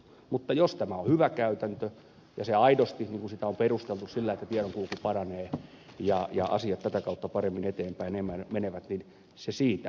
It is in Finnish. mutta jos tämä on hyvä käytäntö ja aidosti niin kuin sitä on perusteltu tiedonkulku paranee ja asiat tätä kautta paremmin eteenpäin menevät niin se siitä